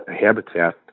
habitat